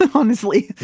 ah honestly.